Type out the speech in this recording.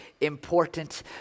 important